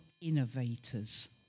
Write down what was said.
innovators